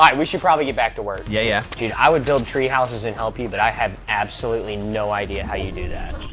we should probably get back to work yeah yeah, dude. i would build tree houses and help you, but i have absolutely no idea how you do that.